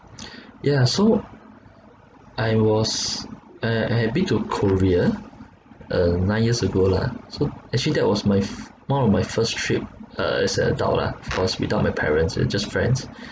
yeah so I was I I have been to korea uh nine years ago lah so actually that was my f~ one of my first trip uh as a adult lah I was without my parents and just friends